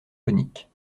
coniques